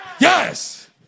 Yes